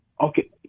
okay